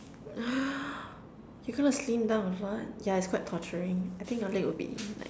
you're gonna slim down a lot yeah it's quite torturing I think your leg will be like